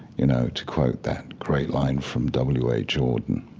you know, to quote that great line from w h. auden,